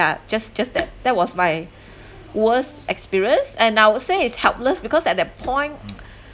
just just that that was my worst experience and I would say is helpless because at that point